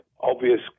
obvious